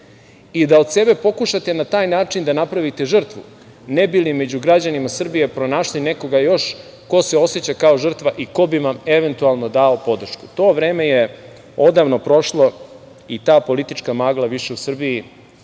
i da od sebe pokušate na taj način da napravite žrtvu ne bi li među građanima Srbije pronašli nekoga još ko se oseća kao žrtva i ko bi vam, eventualno, dao podršku. To vreme je odavno prošlo i ta politička magla više u Srbiji